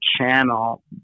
channel